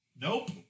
Nope